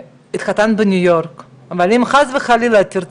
שהתחתנת בניו יורק, אבל אם חס וחלילה אם תרצי,